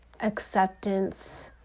acceptance